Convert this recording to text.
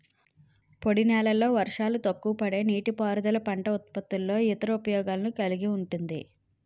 పొడినేలల్లో వర్షాలు తక్కువపడే నీటిపారుదల పంట ఉత్పత్తుల్లో ఇతర ఉపయోగాలను కలిగి ఉంటుంది